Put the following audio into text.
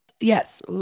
Yes